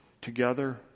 together